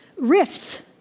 Rifts